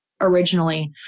originally